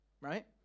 right